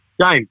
James